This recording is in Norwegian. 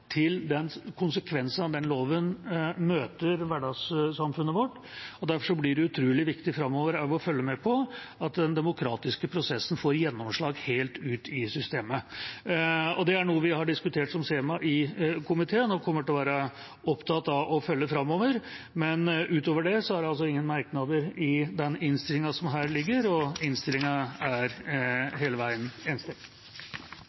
til konsekvensene av den loven møter hverdagssamfunnet vårt. Derfor blir det utrolig viktig framover å følge med på at den demokratiske prosessen får gjennomslag helt ut i systemet. Det er et tema vi har diskutert i komiteen og kommer til å være opptatt av å følge framover. Utover det er det ingen merknader i innstillinga som her foreligger, og innstillinga er